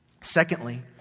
Secondly